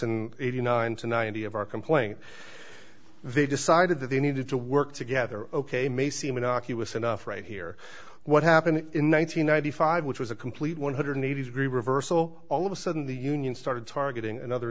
in eighty nine to ninety of our complaint they decided that they needed to work together ok may seem innocuous enough right here what happened in one nine hundred ninety five which was a complete one hundred eighty degree reversal all of a sudden the union started targeting another